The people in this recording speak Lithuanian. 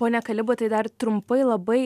pone kalibatai dar trumpai labai